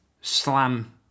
slam